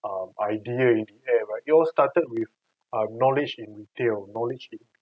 um idea in the air but it all started with um knowledge in retail knowledge in